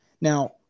Now